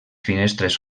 finestres